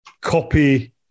copy